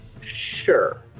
Sure